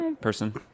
person